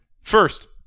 First